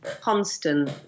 constant